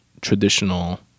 traditional